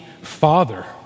father